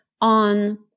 on